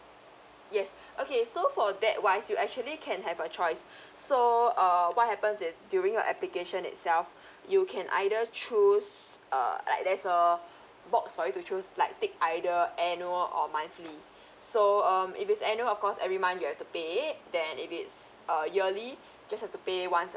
yes okay so for that wise you actually can have a choice so err what happens is during your application itself you can either choose uh like there's a box for you to choose like tick either annual or monthly so um if it's annual of course every month you have to pay then if it's err yearly just have to pay once